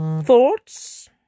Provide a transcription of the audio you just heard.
thoughts